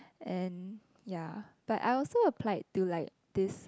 and ya but I also applied to like this